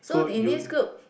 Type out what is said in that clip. so in this group